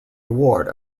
award